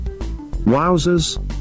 Wowzers